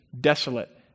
desolate